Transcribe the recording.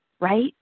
Right